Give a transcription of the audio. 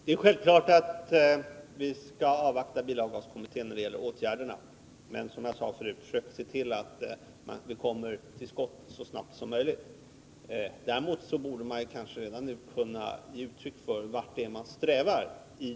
Herr talman! Det är självklart att vi skall avvakta bilavgaskommitténs resultat när det gäller de åtgärder som skall vidtas. Men som jag sade förut bör man försöka se till att komma till skott så snart som möjligt. Däremot borde man redan nu kunna ge uttryck för vart man strävar.